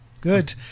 Good